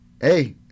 hey